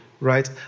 Right